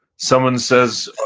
someone says,